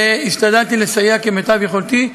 והשתדלתי לסייע כמיטב יכולתי,